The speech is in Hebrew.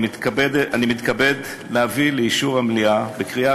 אני מתכבד להביא לאישור המליאה בקריאה